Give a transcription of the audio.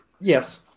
Yes